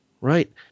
Right